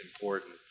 important